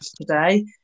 today